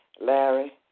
Larry